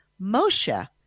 Moshe